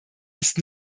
ist